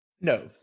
No